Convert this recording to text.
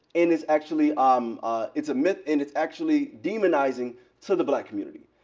and it's actually um it's a myth, and it's actually demonizing to the black community.